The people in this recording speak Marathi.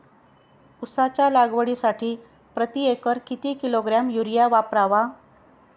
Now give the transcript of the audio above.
उसाच्या लागवडीसाठी प्रति एकर किती किलोग्रॅम युरिया वापरावा?